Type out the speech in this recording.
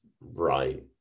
right